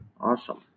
Awesome